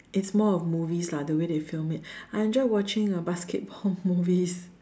it's more of movies lah the way they film it I enjoy watching uh basketball movies